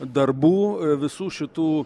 darbų visų šitų